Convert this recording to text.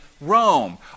Rome